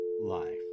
life